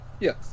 Yes